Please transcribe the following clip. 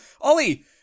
Ollie